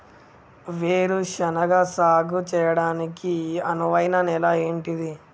వేరు శనగ సాగు చేయడానికి అనువైన నేల ఏంటిది?